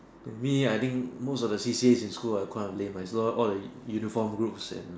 to me I think most of the C_C_A in school are quite of lame is lot of all the uniform groups and